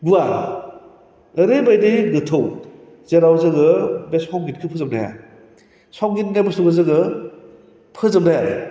गुवार ओरैबायदि गोथौ जेराव जोङो बे संगितखौ फोजोबनो हाया संगित होन्नाय बुस्थुखौ जोङो फोजोबनो हाया